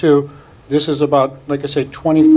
to this is about like i said twenty